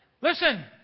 Listen